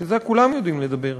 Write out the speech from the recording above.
שכן כולם יודעים לדבר,